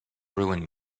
ruin